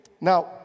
Now